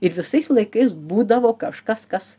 ir visais laikais būdavo kažkas kas